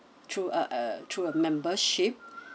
through a uh through a membership